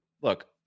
look